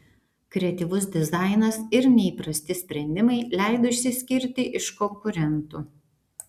kreatyvus dizainas ir neįprasti sprendimai leido išsiskirti iš konkurentų